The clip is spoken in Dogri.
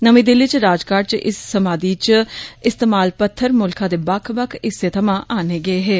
नमीं दिल्ली च राजघाट च इस समादी च इस्तमाल पत्थर मुल्खा दे बक्ख बक्ख हिस्से थमां आन्ने गे हे